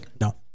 No